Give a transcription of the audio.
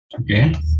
Okay